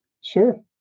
Sure